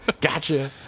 Gotcha